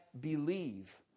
believe